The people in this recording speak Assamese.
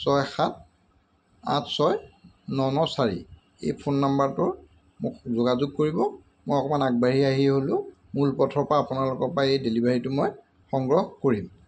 ছয় সাত আঠ ছয় ন ন চাৰি এই ফোন নাম্বাৰটোৰ মোক যোগাযোগ কৰিব মই অকণমান আগবাঢ়ি আহি হ'লেও মূল পথৰপৰা আপোনালোকৰপৰা এই ডেলিভাৰীটো মই সংগ্ৰহ কৰিম